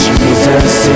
Jesus